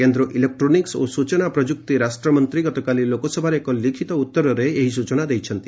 କେନ୍ଦ୍ର ଇଲେକ୍ରୋନିକ୍ନ ଓ ସୂଚନା ପ୍ରଯୁକ୍ତି ରାଷ୍ଟ୍ରମନ୍ତ୍ରୀ ଗତକାଲି ଲୋକସଭାରେ ଏକ ଲିଖିତ ଉତ୍ତରରେ ଏହି ସୂଚନା ଦେଇଛନ୍ତି